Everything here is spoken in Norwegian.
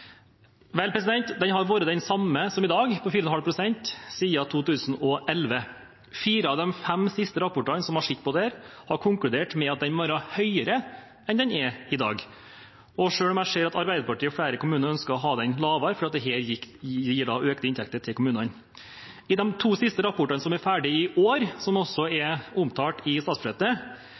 Vel, den har vært den samme som i dag, 4,5 pst., siden 2011. Fire av de fem siste rapportene som har sett på dette, har konkludert med at den må være høyere enn den er i dag, selv om jeg ser at Arbeiderpartiet og flere kommuner ønsker å ha den lavere fordi det gir økte inntekter til kommunene. I de to siste rapportene, som var ferdig i år, og som også er omtalt i statsbudsjettet,